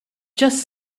just